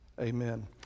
amen